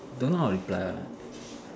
don't know how to reply one ah